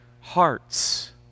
hearts